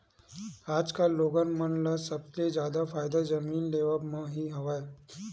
आजकल लोगन मन ल सबले जादा फायदा जमीन लेवब म ही हवय